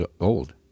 old